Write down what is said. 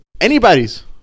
Anybody's